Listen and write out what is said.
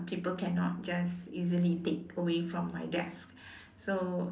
people cannot just easily take away from my desk so